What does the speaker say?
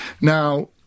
Now